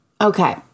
Okay